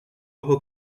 ojo